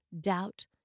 doubt